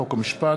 חוק ומשפט.